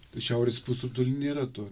šiaurės pusrutuly nėra to